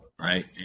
Right